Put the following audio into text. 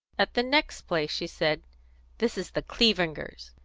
at the next place she said this is the clevingers'.